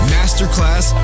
Masterclass